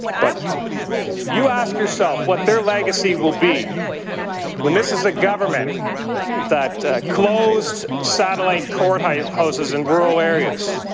but you ask yourself what their legacy will be when this is a government that closed satellite courthouses in rural areas.